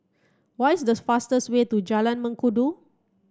what is the fastest way to Jalan Mengkudu